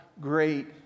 great